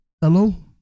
Hello